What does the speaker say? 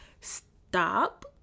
stop